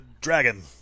dragon